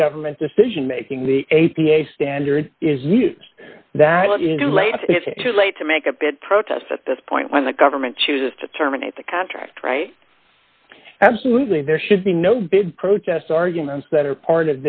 of government decision making the a p a standard is used that into late too late to make a big protest at this point when the government chooses to terminate the contract right absolutely there should be no big protests arguments that are part